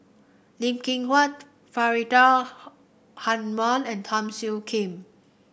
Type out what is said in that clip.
Lee Kin Faridah Hanum and Teo Soon Kim